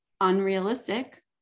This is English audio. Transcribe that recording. unrealistic